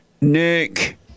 Nick